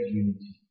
unity